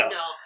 no